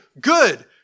good